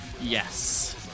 Yes